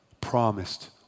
promised